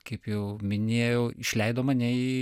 kaip jau minėjau išleido mane į